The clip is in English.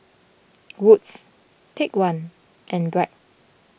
Wood's Take one and Bragg